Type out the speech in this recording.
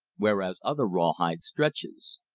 whereas other rawhide stretches.